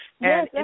Yes